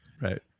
Right